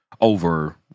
over